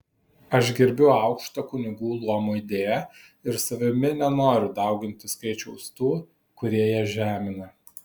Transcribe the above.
aš gerbiu aukštą kunigų luomo idėją ir savimi nenoriu dauginti skaičiaus tų kurie ją žemina